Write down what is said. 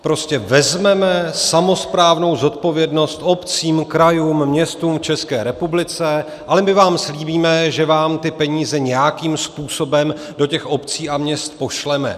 Prostě vezmeme samosprávnou zodpovědnost obcím, krajům, městům v České republice, ale my vám slíbíme, že vám ty peníze nějakým způsobem do těch obcí a měst pošleme.